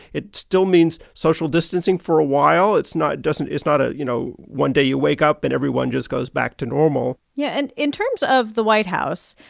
it still means social distancing for a while. it's not doesn't it's not a you know, one day you wake up, and everyone just goes back to normal yeah. and in terms of the white house,